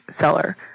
seller